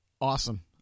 awesome